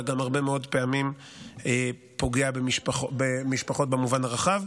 וזה גם הרבה מאוד פעמים פוגע במשפחות במובן הרחב.